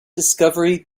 discovery